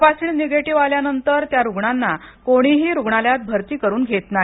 तपासणी निगेटिव्ह आल्यानंतर त्या रुग्णांना कोणीही रुग्णालयात भरती करून घेत नाही